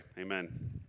Amen